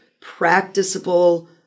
practicable